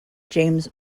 james